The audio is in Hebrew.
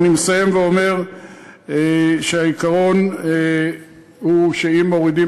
אני מסיים ואומר שהעיקרון הוא שאם מורידים